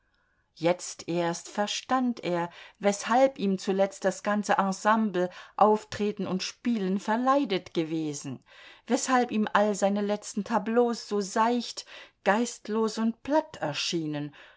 jetzt erst verstand er weshalb ihm zuletzt das ganze ensemble auftreten und spielen verleidet gewesen weshalb ihm all seine letzten tableaus so seicht geistlos und platt erschienen